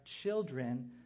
children